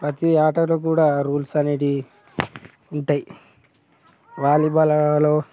ప్రతి ఆటలో కూడా రూల్స్ అనేవి ఉంటాయి వాలీబాల్ లో